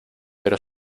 pero